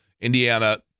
Indiana